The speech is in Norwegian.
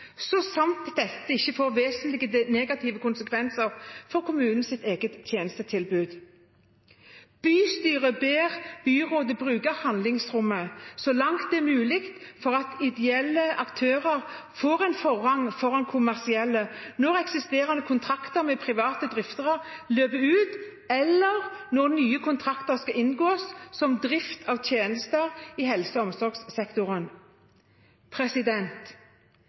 så sant dette ikke får vesentlige negative konsekvenser for kommunens eget tjenestetilbud. Bystyret ber byrådet bruke handlingsrommet så langt det er mulig, for å gi ideelle aktører en forrang foran kommersielle når eksisterende kontrakter med private driftere løper ut, eller når nye kontrakter skal inngås om drift av tjenester i helse- og omsorgssektoren.